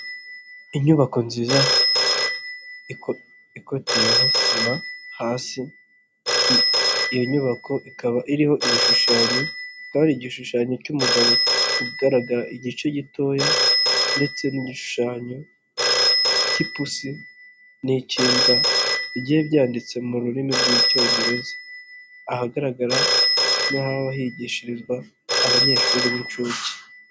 lnyubako nziza iko ikoteyeho sima hasi ,iyo nyubako ikaba iriho ibishushanyo ,hakaba hari igishushanyo cy'umugabo ugaragara igice gitoya, ndetse n'igishushanyo cy'ipusi, n'ik'imbwa . Byanditse mu rurimi rw'icyongereza, ahagaragara n'ahaba higishirizwa abanyeshuri b'incuke.